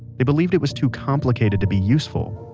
they believed it was too complicated to be useful.